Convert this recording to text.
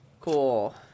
Cool